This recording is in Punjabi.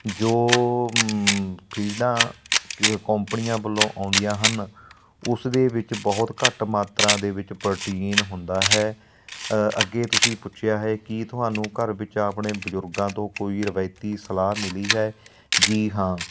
ਜੋ ਫੀਡਾਂ ਕ ਕੋਂਪਣੀਆਂ ਵੱਲੋਂ ਆਉਂਦੀਆਂ ਹਨ ਉਸਦੇ ਵਿੱਚ ਬਹੁਤ ਘੱਟ ਮਾਤਰਾ ਦੇ ਵਿੱਚ ਪ੍ਰੋਟੀਨ ਹੁੰਦਾ ਹੈ ਅੱਗੇ ਤੁਸੀਂ ਪੁੱਛਿਆ ਹੈ ਕੀ ਤੁਹਾਨੂੰ ਘਰ ਵਿੱਚ ਆਪਣੇ ਬਜ਼ੁਰਗਾਂ ਤੋਂ ਕੋਈ ਰਵਾਇਤੀ ਸਲਾਹ ਮਿਲੀ ਹੈ ਜੀ ਹਾਂ